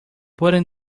putting